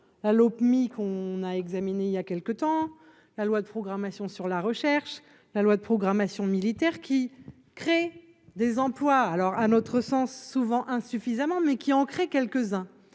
Mike qu'on a examiné, il y a. Quelques temps la loi de programmation sur la recherche, la loi de programmation militaire qui crée des emplois, alors un autre sens souvent insuffisamment, mais qui ont créé quelques-uns